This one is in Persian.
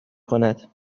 کند